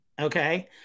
okay